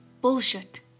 bullshit